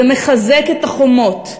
זה מחזק את החומות,